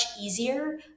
easier